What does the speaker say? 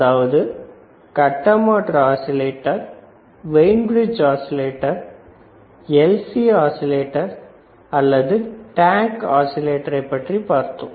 அதாவது கட்ட மாற்று oscillator Wien bridge oscillator LC oscillator அல்லது டேங்க் ஆஸிலேட்டரை பற்றிப் பார்த்தோம்